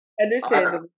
Understandable